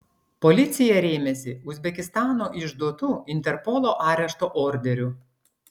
policija rėmėsi uzbekistano išduotu interpolo arešto orderiu